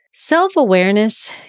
Self-awareness